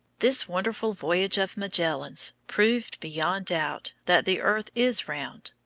this wonderful voyage of magellan's proved beyond doubt that the earth is round.